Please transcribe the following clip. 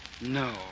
No